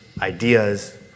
ideas